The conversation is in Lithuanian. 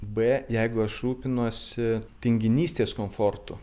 b jeigu aš rūpinuosi tinginystės komfortu